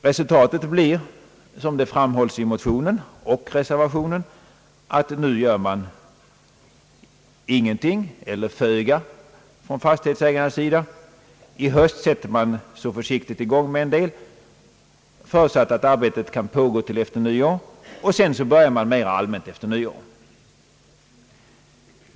Resultatet blir, som det framhålls i motionen och i reservationen, att fastighetsägarna nu gör ingenting eller föga; i höst sätter man så försiktigt i gång med en del, förutsatt att arbetet kan pågå till efter nyår, och sedan börjar man mera allmänt efter nyår.